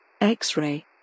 X-ray